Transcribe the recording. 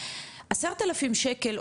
10 אלף שקל,